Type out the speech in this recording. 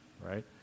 Right